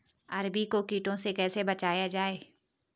अरबी को कीटों से कैसे बचाया जाए?